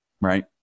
right